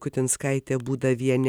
kutinskaitė būdavienė